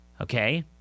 Okay